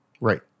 Right